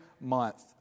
month